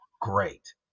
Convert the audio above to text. great